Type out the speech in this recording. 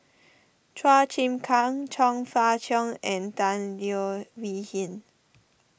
Chua Chim Kang Chong Fah Cheong and Tan Leo Wee Hin